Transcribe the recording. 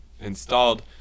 Installed